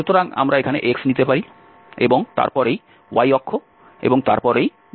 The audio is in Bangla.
সুতরাং আমরা এখানে x নিতে পারি এবং তারপর এই y অক্ষ এবং তারপর এই z অক্ষ